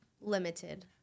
limited